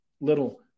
little